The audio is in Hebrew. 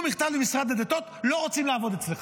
מכתב למשרד הדתות: לא רוצים לעבוד אצלך?